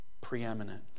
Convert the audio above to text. preeminent